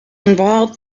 involved